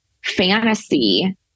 fantasy